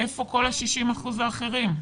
איפה כל ה-60 אחוזים הנותרים?